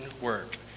work